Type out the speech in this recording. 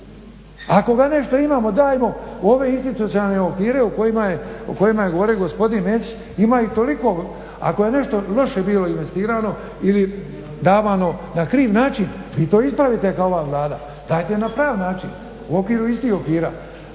Ako ga nešto imamo, dajmo ga u ove institucionalne okvire u kojima je govorio i gospodin Mesić. Ima ih toliko, ako je nešto loše bilo investirano, ili davano na kriv način, vi to ispravite kao ova Vlada, dajte na pravi način, u okviru istih okvira.